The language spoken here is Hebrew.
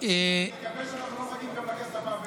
אני מקווה שאנחנו לא מחכים גם לכנסת הבאה.